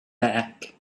back